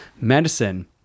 medicine